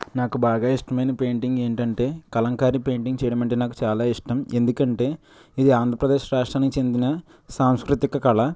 నాకు బాగా ఇష్టమైన పెయింటింగ్ ఏంటంటే కలంకారీ పెయింటింగ్ చేయడం అంటే చాలా ఇష్టం ఎందుకంటే ఇది ఆంధ్రప్రదేశ్ రాష్ట్రానికి చెందిన సాంస్కృతిక కల